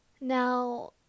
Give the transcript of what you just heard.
Now